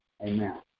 amen